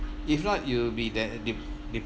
if not you will be